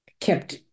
kept